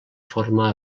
forma